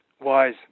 wise